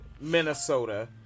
minnesota